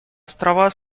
острова